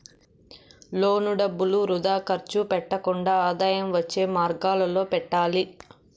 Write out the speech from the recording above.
loan డబ్బులు వృథా ఖర్చు పెట్టకుండా ఆదాయం వచ్చే మార్గాలలో పెట్టాలి